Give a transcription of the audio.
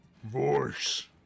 Voice